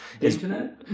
Internet